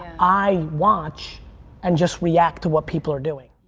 i watch and just react to what people are doing.